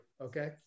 okay